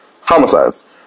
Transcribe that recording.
Homicides